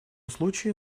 случае